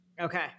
Okay